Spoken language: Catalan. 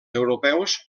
europeus